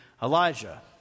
Elijah